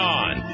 on